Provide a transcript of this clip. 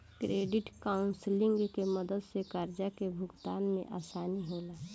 credit counselling के मदद से कर्जा के भुगतान में आसानी होला